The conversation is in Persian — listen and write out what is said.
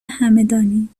همدانی